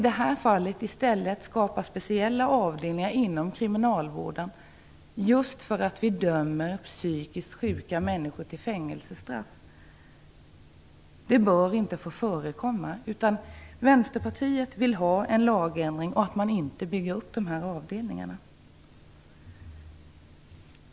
Men nu vill man skapa speciella avdelningar inom kriminalvården just för att vi dömer psykiskt sjuka människor till fängelsestraff! Det bör inte få förekomma. Vänsterpartiet är emot att man bygger upp sådana avdelningar och vill i stället ha en lagändring.